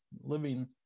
living